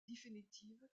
définitive